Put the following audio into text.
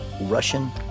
Russian